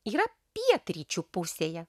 yra pietryčių pusėje